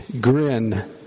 grin